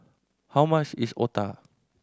how much is otah